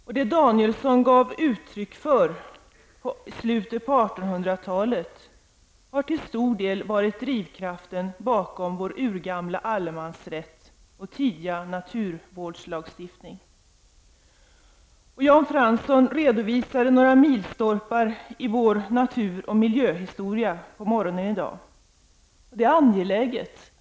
Det Axel Danielsson gav uttryck för i slutet av 1800 talet har till stor del varit drivkraften när det gäller vår urgamla allemansrätt och vår tidiga naturvårdslagstiftning. Jan Fransson redovisade i dag på morgonen några milstolpar i vår natur och miljöhistoria. Det är angeläget att peka på dessa saker.